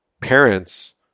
parents